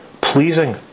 pleasing